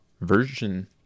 version